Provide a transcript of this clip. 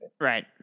Right